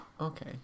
okay